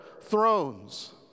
thrones